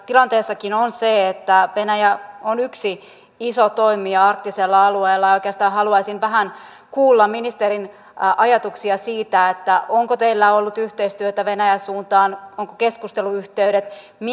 tilanteessakin on se että venäjä on yksi iso toimija arktisella alueella oikeastaan haluaisin vähän kuulla ministerin ajatuksia siitä onko teillä ollut yhteistyötä venäjän suuntaan onko keskusteluyhteydet